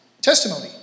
testimony